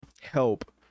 help